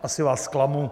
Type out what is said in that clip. Asi vás zklamu.